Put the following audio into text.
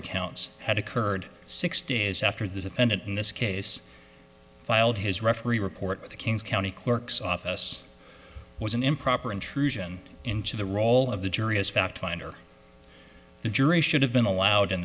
accounts had occurred six days after the defendant in this case filed his referee report to the kings county clerk's office was an improper intrusion into the role of the jury as fact finder the jury should have been allowed in